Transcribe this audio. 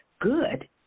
good